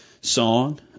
song